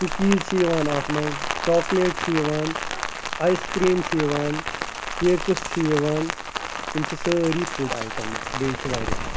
cookies چھِ یِوان اتھ مَنٛز چاکلیٹ چھُ یِوان آیس کریٖم چھِ یِوان کیکس چھ یِوان یِم چھِ سٲرے فُڈ آیٹَمز بیٚیہ چھ واریاہ